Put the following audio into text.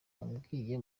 yabwiye